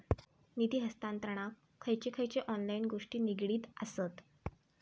निधी हस्तांतरणाक खयचे खयचे ऑनलाइन गोष्टी निगडीत आसत?